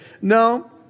No